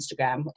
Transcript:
Instagram